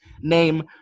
name